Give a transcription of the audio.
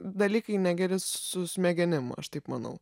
dalykai negeri su smegenim aš taip manau